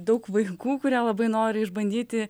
daug vaikų kurie labai nori išbandyti